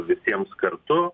visiems kartu